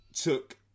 took